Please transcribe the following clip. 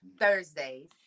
Thursdays